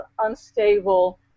unstable